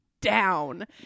down